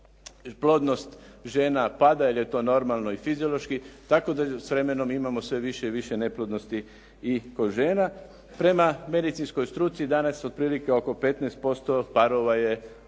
plodnost žena pada jer je to normalno i fiziološki. Tako da s vremenom imamo sve više i više neplodnosti i kod žena. Prema medicinskoj struci danas otprilike oko 15% parova je